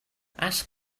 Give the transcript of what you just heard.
ask